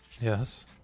Yes